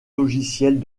logiciels